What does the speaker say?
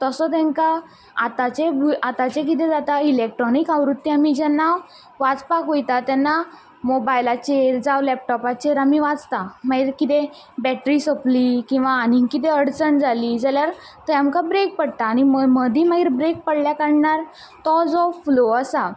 तसो तेंका आताचें भु आताचें कितें जाता इलेक्ट्रोनीक आवृत्ती आमी जेन्ना वाचपाक वयता तेन्ना मोबायलाचेर जावं लेपटोपाचेर आमी वाचता मागीर कितेंय बेटरी सोपली किंवा आनी कितें अडचण जाली जाल्यार तें आमकां ब्रेक पडटा आनी मदीं मागीर ब्रेक पडले कारणान तो जो फ्लो आसा